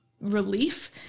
relief